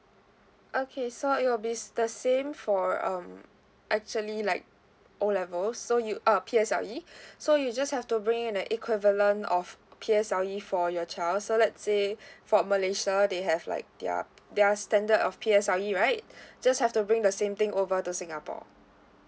okay so it will be the same for um actually like O level so you uh P_S_L_E so you just have to bring in the equivalent of P_S_L_E for your child so let's say for malaysia they have like their their standard of P_S_L_E right just have to bring the same thing over to singapore